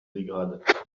dégrade